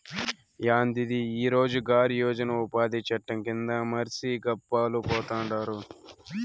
యాందిది ఈ రోజ్ గార్ యోజన ఉపాది చట్టం కింద మర్సి గప్పాలు పోతండారు